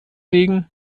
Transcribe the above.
legen